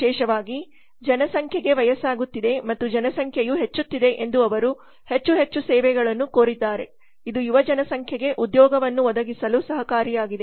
ವಿಶೇಷವಾಗಿ ಜನಸಂಖ್ಯೆಯು ವಯಸ್ಸಾಗುತ್ತಿದೆ ಮತ್ತು ಜನಸಂಖ್ಯೆಯು ಹೆಚ್ಚುತ್ತಿದೆ ಎಂದು ಅವರು ಹೆಚ್ಚು ಹೆಚ್ಚು ಸೇವೆಗಳನ್ನು ಕೋರಿದ್ದಾರೆ ಇದು ಯುವ ಜನಸಂಖ್ಯೆಗೆ ಉದ್ಯೋಗವನ್ನು ಒದಗಿಸಲು ಸಹಕಾರಿಯಾಗಿದೆ